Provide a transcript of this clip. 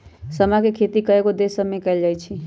समा के खेती कयगो देश सभमें कएल जाइ छइ